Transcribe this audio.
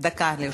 דקה לרשותך.